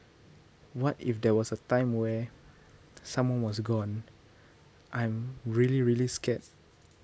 what if there was a time where someone was gone I'm really really scared